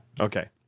Okay